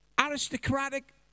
aristocratic